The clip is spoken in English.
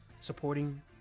Supporting